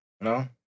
No